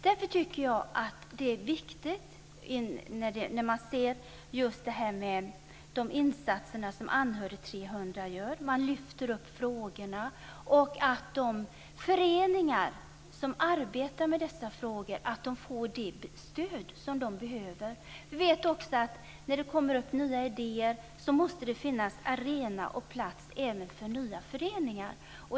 Därför tycker jag att det är viktigt att se just på de insatser som Anhörig 300 gör. Man lyfter upp frågorna och ser till att de föreningar som arbetar med dessa frågor får det stöd som de behöver. Vi vet också att det, när det kommer upp nya idéer, måste finnas arena och plats även för nya föreningar.